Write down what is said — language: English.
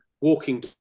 walking